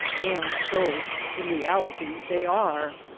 and so in real ity they are.